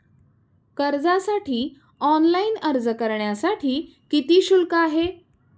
कर्जासाठी ऑनलाइन अर्ज करण्यासाठी किती शुल्क आहे?